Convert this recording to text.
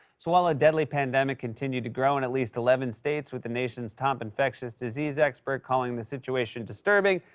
so while a deadly pandemic continued to grow in at least eleven states, with the nation's top infectious disease expert calling the situation disturbing,